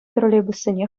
троллейбуссене